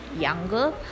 younger